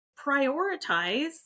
prioritize